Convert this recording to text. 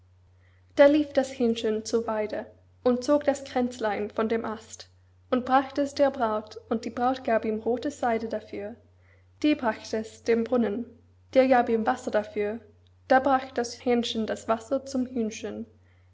da lief das hähnchen zur weide und zog das kränzlein von dem ast und bracht es der braut und die braut gab ihm rothe seide dafür die bracht es dem brunnen der gab ihm wasser dafür da bracht das hähnchen das wasser zum hühnchen